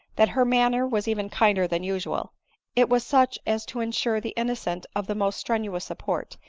that her manner was even kinder than usual it was such as to insure the innocent of the most strenuous support,